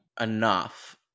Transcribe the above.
enough